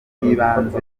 bw’ibanze